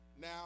Now